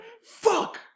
Fuck